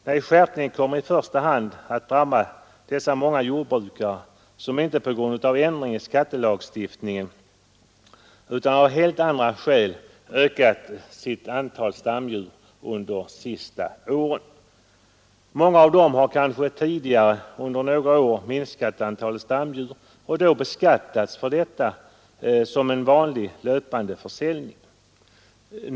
Nej, skärpningen kommer i första hand att drabba dessa många jordbrukare som inte på grund av ändringen i skattelagstiftningen, utan av helt andra skäl ökat sitt antal stamdjur under de senaste åren. Många av dem har kanske tidigare under några år minskat antalet stamdjur och då beskattats för detta som för vanlig löpande försäljning.